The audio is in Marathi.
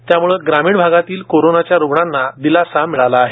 त्यामुळं ग्रामीण भागातील कोरोनाच्या रुग्णांनाही दिलासा मिळाला आहे